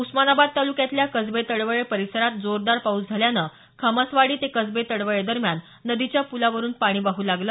उस्मानाबाद तालुक्यातल्या कसबे तडवळे परिसरात जोरदार पाऊस झाल्यानं खामसवाडी ते कसबे तडवळेदरम्यान नदीच्या पुलावरुन पाणी वाहू लागलं